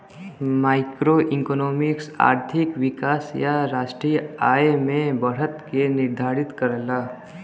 macroeconomics आर्थिक विकास या राष्ट्रीय आय में बढ़त के निर्धारित करला